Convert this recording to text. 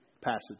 passage